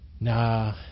nah